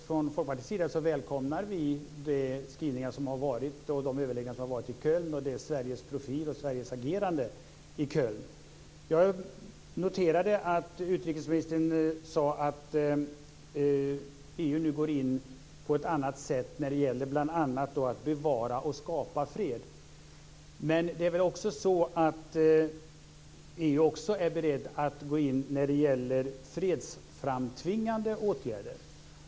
Från Folkpartiets sida välkomnar vi de skrivningar som har varit och de överläggningar som har varit i Jag noterade att utrikesministern sade att EU nu går in på ett annat sätt när det gäller bl.a. att bevara och skapa fred. Men EU är väl också berett att gå in när det gäller fredsframtvingande åtgärder.